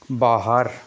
ਬਾਹਰ